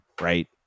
right